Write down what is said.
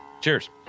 Cheers